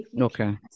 Okay